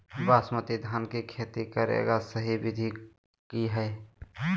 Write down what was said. बासमती धान के खेती करेगा सही विधि की हय?